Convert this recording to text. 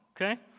okay